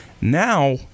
Now